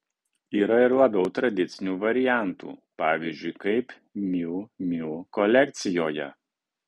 yra ir labiau tradicinių variantų pavyzdžiui kaip miu miu kolekcijoje